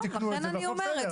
אז הם תיקנו את זה והכול בסדר.